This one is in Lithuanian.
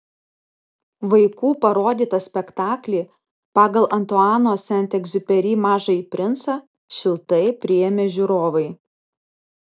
vaikų parodytą spektaklį pagal antuano sent egziuperi mažąjį princą šiltai priėmė žiūrovai